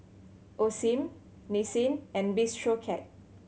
Osim Nissin and Bistro Cat